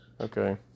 Okay